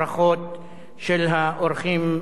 לאורחים ולאורחות,